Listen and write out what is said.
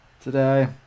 today